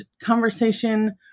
conversation